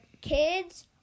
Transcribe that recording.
kids